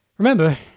Remember